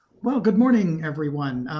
well good morning everyone,